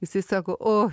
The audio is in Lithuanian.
jisai sako oj